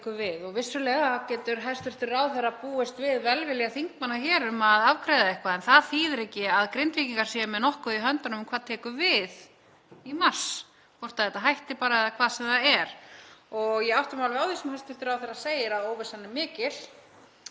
Vissulega getur hæstv. ráðherra búist við velvilja þingmanna hér um að afgreiða eitthvað en það þýðir ekki að Grindvíkingar sé með nokkuð í höndunum um hvað taki við í mars, hvort þetta hætti bara eða hvað sem það er. Ég átta mig alveg á því sem hæstv. ráðherra segir um að óvissan sé mikil